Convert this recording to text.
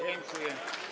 Dziękuję.